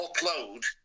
upload